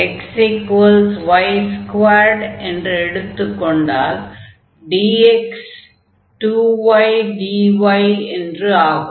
மேலே கூறியபடி xy2 என்ற பதிலீடு எடுத்துக் கொண்டால் dx 2y dy என்று ஆகும்